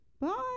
Bye